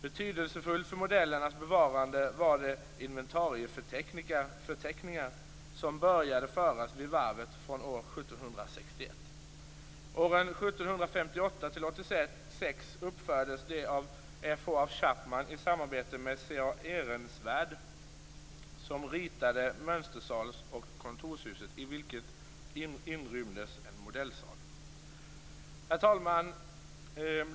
Betydelsefulla för modellernas bevarande var de inventarieförteckningar som började föras vid varvet från år Herr talman!